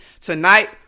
tonight